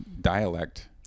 dialect